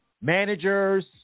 managers